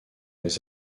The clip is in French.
les